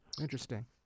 Interesting